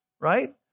right